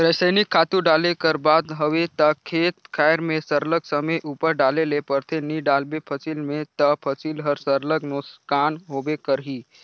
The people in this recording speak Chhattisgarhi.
रसइनिक खातू डाले कर बात हवे ता खेत खाएर में सरलग समे उपर डाले ले परथे नी डालबे फसिल में ता फसिल हर सरलग नोसकान होबे करही